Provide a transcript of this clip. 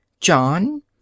John